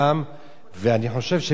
ואני חושב שממשלת ישראל